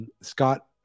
Scott